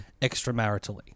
extramaritally